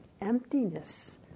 emptiness